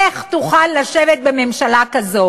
איך תוכל לשבת בממשלה כזאת?